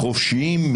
דה-לגיטימציה.